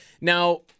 now